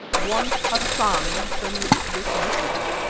one hassan sends this message.